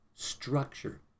Structure